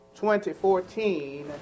2014